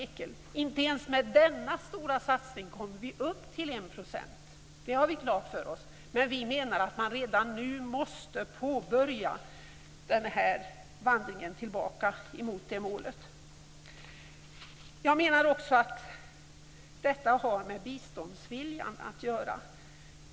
Vi har klart för oss att man inte ens med denna stora satsning kommer upp till 1 %, men vi menar att man redan nu måste påbörja vandringen tillbaka mot det målet. Jag menar att detta också har med biståndsviljan att göra.